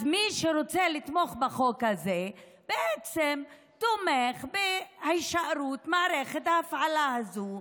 אז מי שרוצה לתמוך בחוק הזה בעצם תומך בהישארות מערכת ההפעלה הזאת,